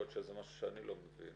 יכול להיות שזה משהו שאני לא מבין.